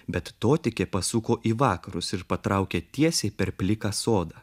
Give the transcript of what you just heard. bet totikė pasuko į vakarus ir patraukė tiesiai per pliką sodą